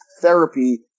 therapy